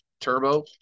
turbo